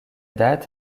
date